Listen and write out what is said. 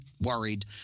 Worried